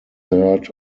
third